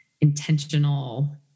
intentional